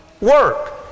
work